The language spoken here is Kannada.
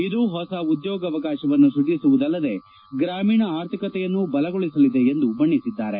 ಇದು ಹೊಸ ಉದ್ಯೋಗಾವಕಾಶವನ್ನು ಸ್ಕಜಿಸುವುದಲ್ಲದೇ ಗ್ರಾಮೀಣ ಆರ್ಥಿಕತೆಯನ್ನು ಬಲಗೊಳಿಸಲಿದೆ ಎಂದು ಬಣ್ಣೆಸಿದ್ದಾರೆ